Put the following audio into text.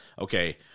okay